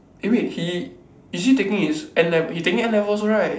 eh wait he is he taking his N levels you taking N levels right